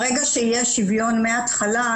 ברגע שיהיה שוויון מהתחלה,